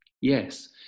Yes